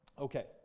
Okay